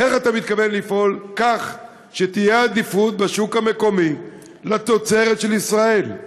איך אתה מתכוון לפעול כך שתהיה עדיפות בשוק המקומי לתוצרת של ישראל?